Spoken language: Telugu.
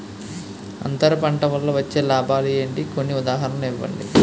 అంతర పంట వల్ల వచ్చే లాభాలు ఏంటి? కొన్ని ఉదాహరణలు ఇవ్వండి?